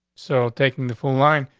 so taking the full line,